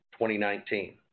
2019